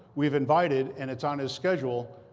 we've invited and it's on his schedule